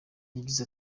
yagize